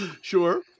Sure